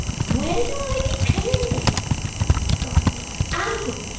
well, i declare cried miggs. oh!